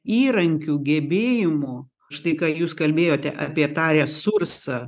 įrankių gebėjimų štai ką jūs kalbėjote apie tą resursą